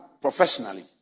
professionally